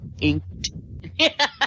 Inked